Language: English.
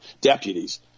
deputies